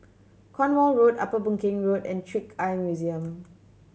Cornwall Road Upper Boon Keng Road and Trick Eye Museum